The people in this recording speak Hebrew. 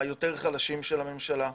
החלשים יותר של הממשלה.